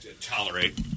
tolerate